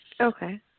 Okay